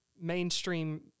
mainstream